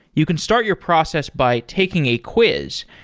you can start your process by taking a quiz,